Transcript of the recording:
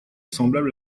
semblable